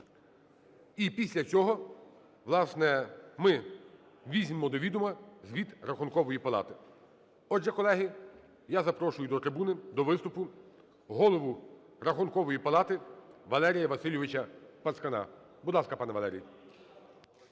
і після цього, власне, ми візьмемо до відома звіт Рахункової палати. Отже, колеги, я запрошую до трибуни, до виступу голову Рахункової палати Валерія Васильовича Пацкана. Будь ласка, пане Валерій.